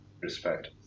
respect